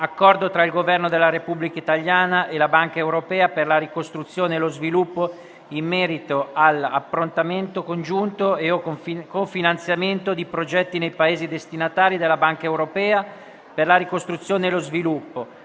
Accordo tra il Governo della Repubblica italiana e la Banca europea per la ricostruzione e lo sviluppo in merito all'approntamento congiunto e/o al cofinanziamento di progetti nei Paesi destinatari della Banca europea per la ricostruzione e lo sviluppo,